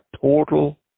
total